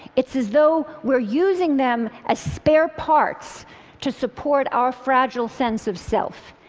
it's as though we're using them as spare parts to support our fragile sense of self.